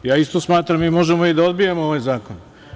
Isto smatram, mi možemo i da odbijemo ovaj zakon.